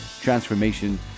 Transformation